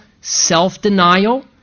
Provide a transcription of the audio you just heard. self-denial